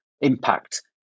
impact